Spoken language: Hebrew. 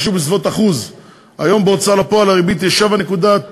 משהו בסביבות 1%. היום בהוצאה לפועל הריבית היא 7.9%,